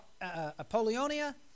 Apollonia